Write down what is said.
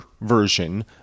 version